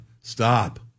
Stop